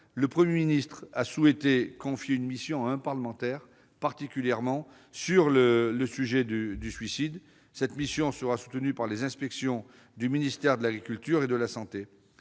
le Premier ministre a souhaité confier une mission à un parlementaire sur le sujet du suicide. Elle sera soutenue par les inspections des ministères de l'agriculture et de la santé.